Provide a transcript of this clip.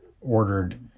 ordered